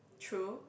true